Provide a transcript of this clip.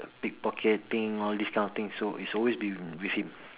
pickpocketing all this kind of things so it's always been with him